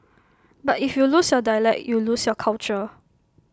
but if you lose your dialect you lose your culture